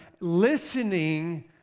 listening